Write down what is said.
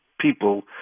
people